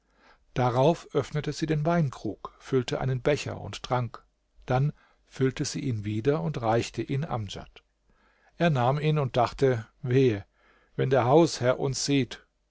darauf öffnete sie den weinkrug füllte einen becher und trank dann füllte sie ihn wieder und reichte ihn amdjad er nahm ihn und dachte wehe wenn der hausherr uns sieht